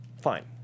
Fine